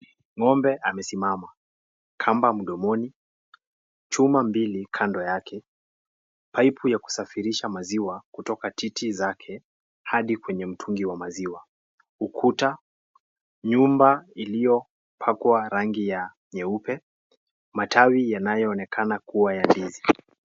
Ng'ombe amesimama, kamba mdomoni, chuma mbili kando yake, paipu ya kusafirisha maziwa kutoka titi zake hadi kwenye mtungi wa maziwa, ukuta, nyumba iliyopakwa rangi ya nyeupe, matawi yanayoonekana kuwa ya ndizi.